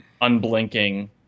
unblinking